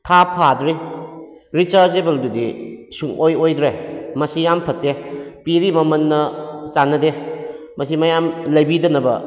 ꯊꯥ ꯐꯥꯗ꯭ꯔꯤ ꯔꯤꯆꯥꯔꯖꯦꯕꯜꯕꯨꯗꯤ ꯁꯨꯡꯑꯣꯏ ꯑꯣꯏꯗ꯭ꯔꯦ ꯃꯁꯤ ꯌꯥꯝꯅ ꯐꯠꯇꯦ ꯄꯤꯔꯤꯕ ꯃꯃꯜꯒ ꯆꯥꯟꯅꯗꯦ ꯃꯁꯤ ꯃꯌꯥꯝ ꯂꯩꯕꯤꯗꯅꯕ